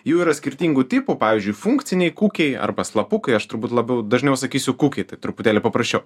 jų yra skirtingų tipų pavyzdžiui funkciniai kukiai arba slapukai aš turbūt labiau dažniau sakysiu kukiai tai truputėlį paprasčiau